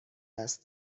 است